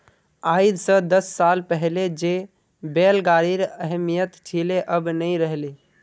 आइज स दस साल पहले जे बैल गाड़ीर अहमियत छिले अब नइ रह ले